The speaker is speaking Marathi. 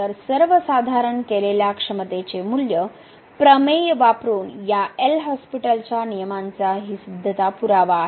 तर सर्वसाधारण केलेल्या क्षमतेचे मूल्य प्रमेय वापरून या एल हॉस्पिटलच्या नियमांचा हि सिद्धता पुरावा आहे